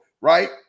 Right